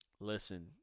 listen